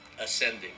ascending